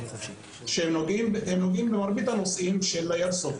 שנוגעים במרבית הנושאים של האיירסופט.